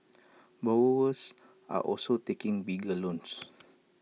borrowers are also taking bigger loans